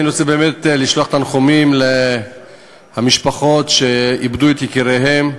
אני רוצה באמת לשלוח תנחומים למשפחות שאיבדו את יקיריהן,